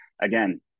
again